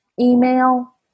email